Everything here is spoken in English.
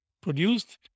produced